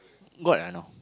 what I know